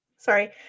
Sorry